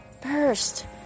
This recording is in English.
first